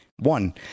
One